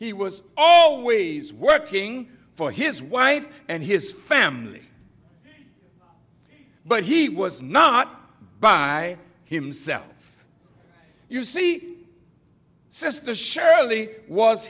he was all ways working for his wife and his family but he was not by himself you see sister shirley was